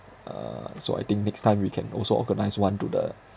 uh so I think next time we can also organise one to the